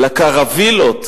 לקרווילות,